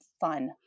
fun